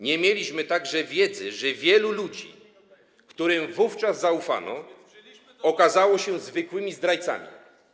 Nie mieliśmy także wiedzy, że wielu ludzi, którym wówczas zaufano, okaże się zwykłymi zdrajcami.